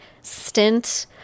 stint